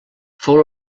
fou